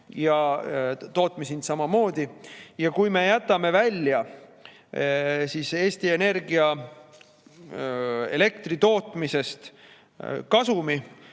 ja tootmishind samamoodi. Ja kui me jätame välja Eesti Energia elektritootmisest kasumi